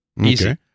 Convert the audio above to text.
Easy